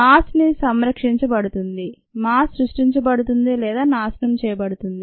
mass ని సంరక్షించబడుతుంది mass సృష్టించబడుతుంది లేదా నాశనం చేయబడుతుంది